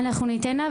אנחנו ניתן לה,